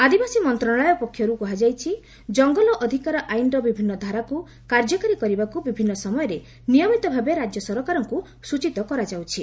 ଆଦିବାସୀ ମନ୍ତ୍ରଣାଳୟ ପକ୍ଷରୁ କୁହାଯାଇଛି ଜଙ୍ଗଲ ଅଧିକାର ଆଇନର ବିଭିନ୍ନ ଧାରାକୁ କାର୍ଯ୍ୟକାରୀ କରିବାକୁ ବିଭିନ୍ନ ସମୟରେ ନିୟମିତ ଭାବେ ରାଜ୍ୟ ସରକାରଙ୍କୁ ସ୍ୱଚିତ କରାଯାଉଛି